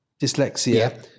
dyslexia